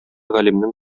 галимнең